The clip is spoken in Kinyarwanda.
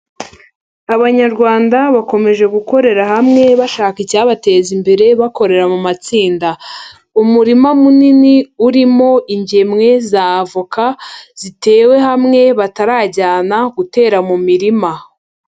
Abanyarwanda bakomeje gukorera hamwe bashaka icyabateza imbere bakorera mu matsinda. Umurima munini urimo ingemwe z'avoka, zitewe hamwe batarajyana gutera mu mirima.